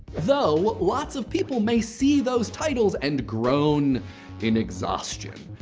though lots of people may see those titles and groan in exhaustion.